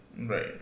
right